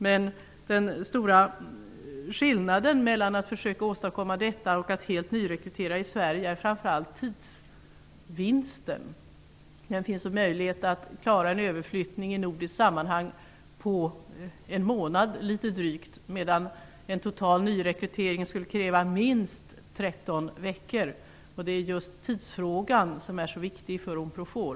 Men den stora skillnaden mellan att försöka åstadkomma detta och att helt nyrekrytera i Sverige är framför allt tidsvinsten. Det finns möjlighet att i nordiskt sammanhang klara en överflyttning på litet drygt en månad, medan en total nyrekrytering skulle kräva minst 13 veckor. Det är just tidsfrågan som är så viktig för Unprofor.